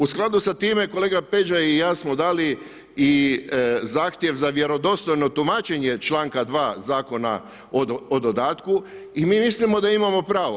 U skladu s time kolega Peđa i ja smo dali i zahtjev za vjerodostojno tumačenje članka 2. Zakona o dodatku i mi mislimo da imamo pravo.